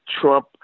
Trump